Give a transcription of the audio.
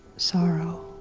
sorrow